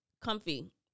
comfy